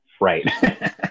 Right